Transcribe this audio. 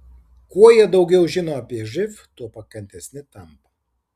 kuo jie daugiau žino apie živ tuo pakantesni tampa